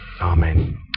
Amen